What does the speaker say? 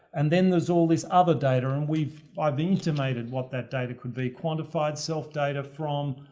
and then there's all this other data and we've, i've intimated what that data could be. quantified self-data from.